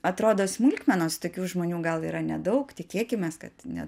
atrodo smulkmenos tokių žmonių gal yra nedaug tikėkimės kad ne